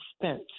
spent